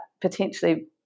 potentially